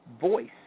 voice